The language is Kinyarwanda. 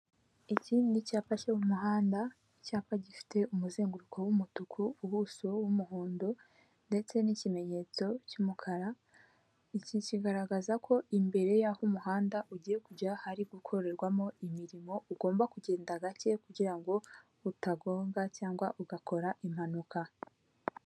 Ikindi ni icyapa cyo mu muhanda, icyapa gifite umuzenguruko w'umutuku ubuso bw'umuhondo ndetse n'ikimenyetso cy'umukara iki kigaragaza ko imbere aho umuhanda ugiye kujya hari gukorerwamo imirimo, ugomba kugenda gake kugira ngo utagonga cyangwa ugakora impanuka.